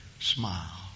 smile